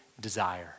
desire